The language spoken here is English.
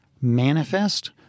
manifest